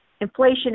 inflation